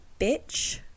bitch